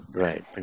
Right